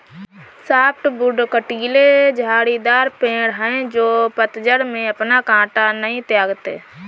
softwood कँटीले झाड़ीदार पेड़ हैं जो पतझड़ में अपना काँटा नहीं त्यागते